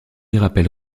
appelle